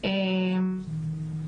יש לי המון מה להגיד בנושא אלימות,